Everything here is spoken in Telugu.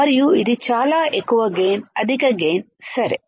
మరియు ఇది చాలా ఎక్కువ గైన్ అధిక గైన్ సరే